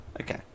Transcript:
Okay